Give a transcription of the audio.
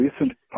recent